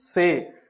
say